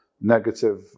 negative